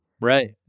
Right